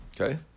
Okay